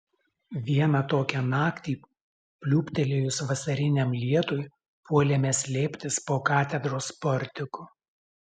vieną tokią naktį pliūptelėjus vasariniam lietui puolėme slėptis po katedros portiku